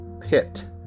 pit